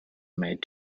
made